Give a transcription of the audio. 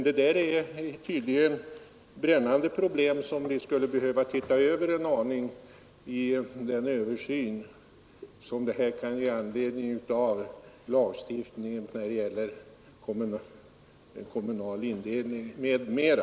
Detta är tydligen brännande problem som vi skulle behöva se över en aning i den översyn av lagstiftningen som gäller kommunal indelning m.m.